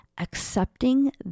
Accepting